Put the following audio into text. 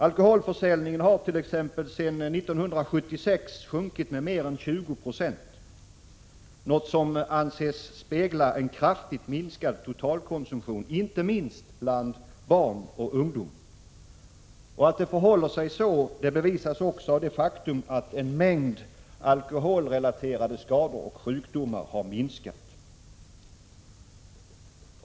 Alkoholförsäljningen hart.ex. sedan 1976 sjunkit med mer än 20 26, något som anses spegla en kraftigt minskad totalkonsumtion, inte minst bland barn och ungdom. Att det förhåller sig så bevisas också av det faktum att en mängd alkoholrelaterade skador och sjukdomar har minskat.